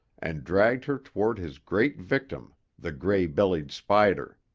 and dragged her toward his great victim, the gray-bellied spider.